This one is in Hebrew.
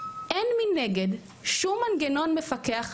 אין מנגד שום מנגנון מפקח,